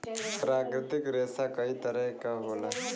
प्राकृतिक रेसा कई तरे क होला